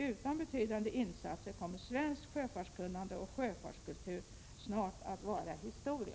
Utan betydande insatser kommer svenskt sjöfartskunnande och sjöfartskultur snart att vara historia.”